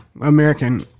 American